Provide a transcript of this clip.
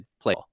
play